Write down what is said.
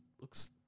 looks